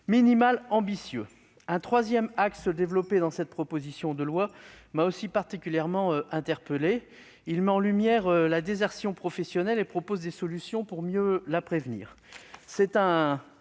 minimal ambitieux. Un troisième axe développé dans cette proposition de loi m'a aussi particulièrement interpellé. Il met en lumière la désinsertion professionnelle- le terme est peut-être